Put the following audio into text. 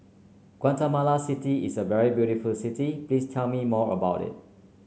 Guatemala City is a very beautiful city please tell me more about it